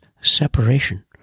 separation